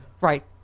Right